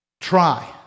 Try